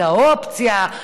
את האופציה,